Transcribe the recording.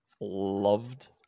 loved